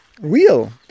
real